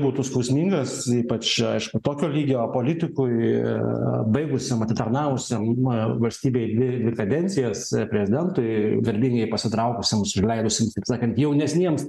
būtų skausmingas ypač aišku tokio lygio politikui baigusiam atitarnavusiam valstybei dvi kadencijas prezidentui garbingai pasitraukusiam užleidusiam taip sakant jaunesniems